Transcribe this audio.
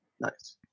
Nice